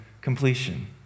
completion